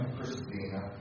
Christina